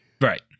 Right